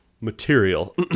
material